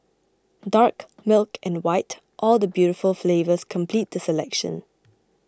dark milk and white all the beautiful flavours complete the selection